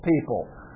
people